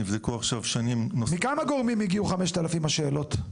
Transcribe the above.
נבדקו עכשיו שנים --- מכמה גורמים הגיעו 5,000 השאלות?